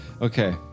Okay